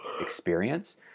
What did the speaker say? experience